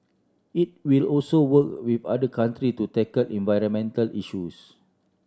it will also work with other country to tackle environmental issues